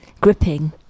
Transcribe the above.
gripping